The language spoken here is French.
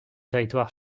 territoire